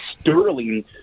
Sterling